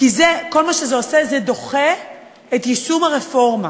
כי זה, כל מה שזה עושה, זה דוחה את יישום הרפורמה.